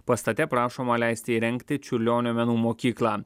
pastate prašoma leisti įrengti čiurlionio menų mokyklą